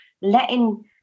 letting